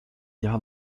jahr